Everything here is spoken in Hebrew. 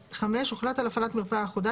הוחלט על הפעלת מרפאה אחודה,